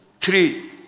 three